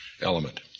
element